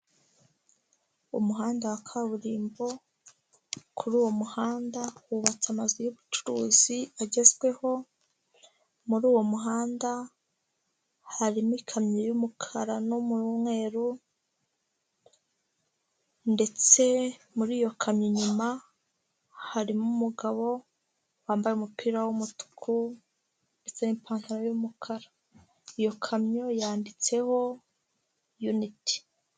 Umuhanda wa kaburimbo, kuri uwo muhanda hubatse amazu y'ubucuruzi agezweho, muri uwo muhanda harimo ikamyo y'umukara n'umweru ndetse muri iyo kamyo inyuma, harimo umugabo wambaye umupira w'umutuku n'ipantaro y'umukara, iyo kamyo yanditseho yuniti.